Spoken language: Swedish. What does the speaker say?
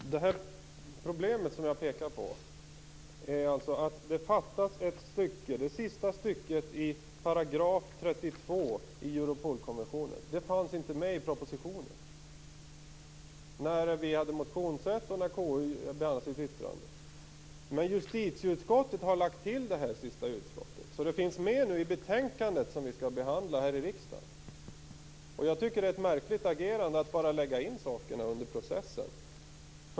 Fru talman! Problemet som jag pekar på är att det sista stycket i artikel 32 i Europolkonventionen fattas. Det fanns inte med i propositionen, inte under motionstiden och inte när KU avgav sitt yttrande. Men justitieutskottet har lagt till detta sista stycke, så det finns med i det betänkande som vi behandlar här i kammaren. Jag tycker att det är ett märkligt agerande att bara lägga till saker under processen.